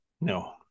No